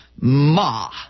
ma